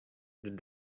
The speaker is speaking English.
that